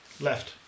Left